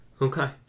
okay